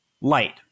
light